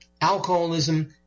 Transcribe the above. alcoholism